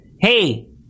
hey